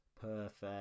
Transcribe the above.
perfect